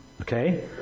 okay